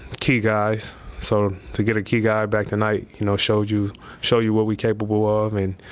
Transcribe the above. key guys so to get a key guy back tonight. you know showed you show you what we're capable ah i mean